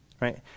right